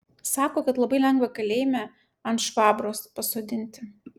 sako kad labai lengva kalėjime ant švabros pasodinti